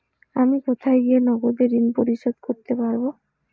আমি কোথায় গিয়ে নগদে ঋন পরিশোধ করতে পারবো?